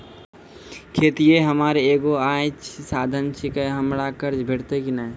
खेतीये हमर एगो आय के साधन ऐछि, हमरा कर्ज भेटतै कि नै?